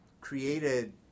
created